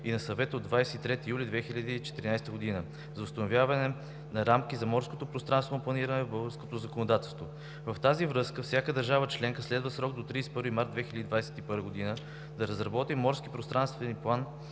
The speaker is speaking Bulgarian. и на Съвета от 23 юли 2014 г., за установяване на рамка за морско пространствено планиране в българското законодателство. В тази връзка всяка държава-членка следва в срок до 31 март 2021 г. да разработи морски пространствен план